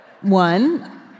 One